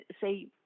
say –